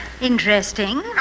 interesting